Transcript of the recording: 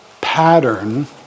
pattern